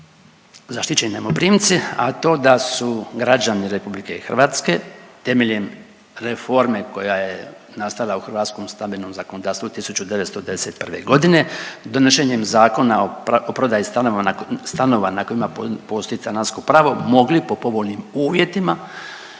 zaštićeni najmoprimci, a to da su građani Republike Hrvatske temeljem reforme koja je nastala u hrvatskom stambenom zakonodavstvu 1991. godine donošenjem Zakona o prodaji stanova na kojima postoji stanarsko pravo mogli po povoljnim uvjetima,